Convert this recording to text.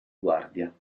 guardia